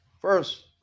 First